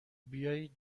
بیایید